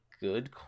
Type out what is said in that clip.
good